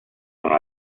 sono